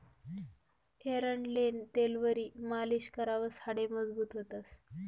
एरंडेलनं तेलवरी मालीश करावर हाडे मजबूत व्हतंस